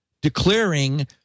declaring